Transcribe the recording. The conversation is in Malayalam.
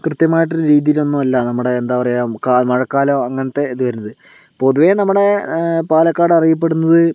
കൃത്യമായിട്ട് ഉള്ള രീതിയിൽ ഒന്നുമില്ല ഇവിടെ എന്താ പറയുക മഴക്കാലം അങ്ങനത്തെ ഇത് വരുന്നത് പൊതുവെ നമ്മുടെ പാലക്കാട് അറിയപ്പെടുന്നത്